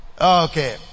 Okay